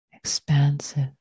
Expansive